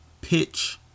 pitch